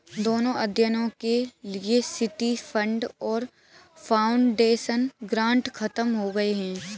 दोनों अध्ययनों के लिए सिटी फंड और फाउंडेशन ग्रांट खत्म हो गए हैं